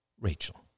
Rachel